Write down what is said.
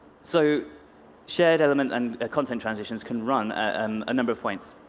so shared element and content transitions can run and a number of points.